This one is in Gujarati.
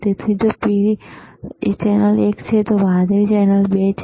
તેથી જો પીળો ચેનલ એક છે અને વાદળી ચેનલ 2 છે